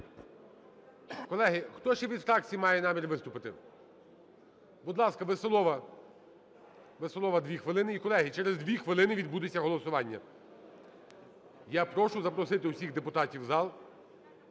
Колеги, хто ще від фракцій має намір виступити? Будь ласка, Веселова. Веселова – 2 хвилини. І, колеги, через 2 хвилини відбудеться голосування. Я прошу запросити всіх депутатів в зал